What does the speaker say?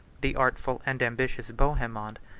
the artful and ambitious bohemond,